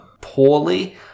poorly